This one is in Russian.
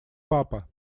папа